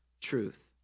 truth